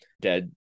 dead